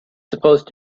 supposed